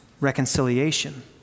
reconciliation